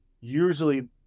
usually